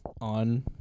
on